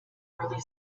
early